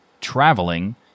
traveling